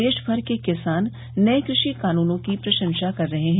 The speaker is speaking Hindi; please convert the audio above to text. देशमर के किसान नये कृषि कानूनों की प्रशंसा कर रहे हैं